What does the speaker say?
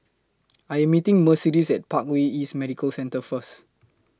I Am meeting Mercedes At Parkway East Medical Centre First